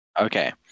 okay